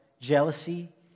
jealousy